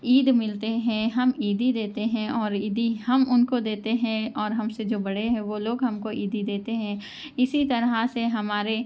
عید ملتے ہیں ہم عیدی دیتے ہیں اور عیدی ہم ان کو دیتے ہیں اور ہم سے جو بڑے ہے وہ لوگ ہم کو عیدی دیتے ہیں اسی طرح سے ہمارے